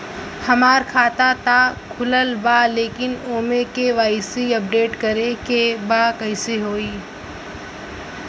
हमार खाता ता खुलल बा लेकिन ओमे के.वाइ.सी अपडेट करे के बा कइसे होई?